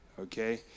okay